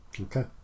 Okay